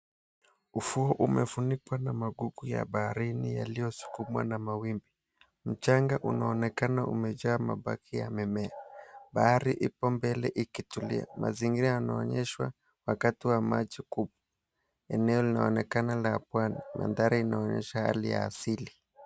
Ufuo umefunikwa na magugu ya baharini yaliyosukumwa na mawimbi. Mchanga unaonekana umejaa mabaki ya mimea. Bahari ipo mbele ikitulia. Mazingira yanaonyeshwa wakati wa maji kuu. Eneo linaonekana la pwani. Mandhari inaonyesha hali ya asili.